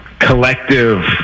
Collective